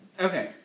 Okay